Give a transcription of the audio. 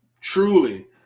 truly